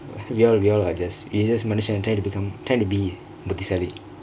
we all we all are just we just மனுஷன்:manushan tryingk to become tryingk to be புத்திசாலி:buthisaali